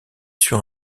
sur